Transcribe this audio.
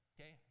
Okay